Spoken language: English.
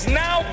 now